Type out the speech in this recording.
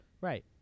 Right